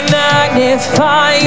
magnify